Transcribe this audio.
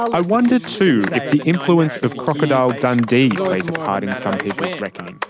i wonder, too, if the influence of crocodile dundee plays a part in some people's reckoning.